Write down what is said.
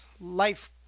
life